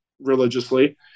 religiously